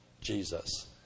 Jesus